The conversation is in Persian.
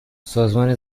سازمان